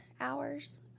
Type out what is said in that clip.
hours